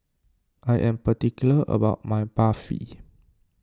I am particular about my Barfi